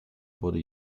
wurde